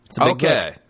Okay